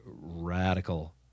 radical